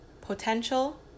potential